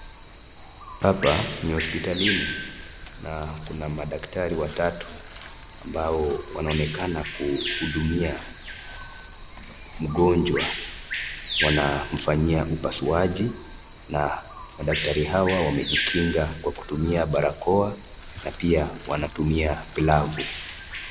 Hapa ni hospitalini na kuna madaktari watatu ambao wanaonekana kuhudumia mgonjwa. Wanamfanyia upasuaji na madaktari hawa wamejikinga kwa kutumia barakoa na pia wanatumia glavu.